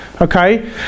Okay